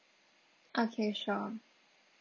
okay sure